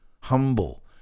humble